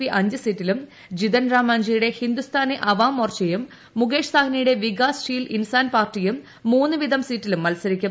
P അഞ്ച് സീറ്റിലും ജിതൻ റാം മാഞ്ചീയുടെ ഹിന്ദുസ്ഥാനി അവാം മോർച്ചയും മുകേഷ് സാഹ്നിയുടെ വികാസ് ശീൽ ഇൻസാൻ പാർട്ടിയും മൂന്ന് വീത്മുട്ട്സ്ട്രിറ്റിലും മത്സരിക്കും